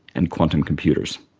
and quantum computers.